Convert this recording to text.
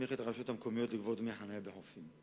הסמיך את הרשויות המקומיות לגבות דמי חנייה בחופים.